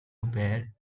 barr